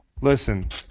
listen